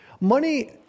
money